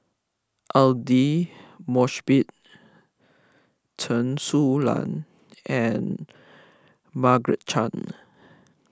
Aidli Mosbit Chen Su Lan and Margaret Chan